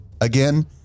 Again